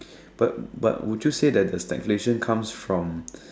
but but would you say that the speculations comes from